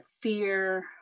fear